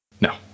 No